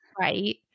right